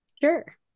sure